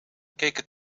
keken